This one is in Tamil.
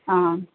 ஆ